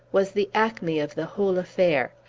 was the acme of the whole affair.